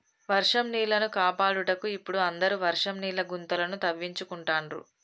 వర్షం నీళ్లను కాపాడుటకు ఇపుడు అందరు వర్షం నీళ్ల గుంతలను తవ్వించుకుంటాండ్రు